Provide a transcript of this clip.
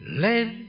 let